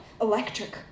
electric